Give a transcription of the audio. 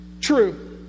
True